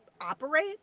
operate